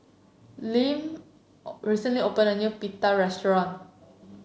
Liam recently opened a new Pita restaurant